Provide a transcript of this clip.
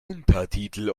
untertitel